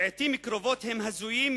לעתים קרובות הם הזויים,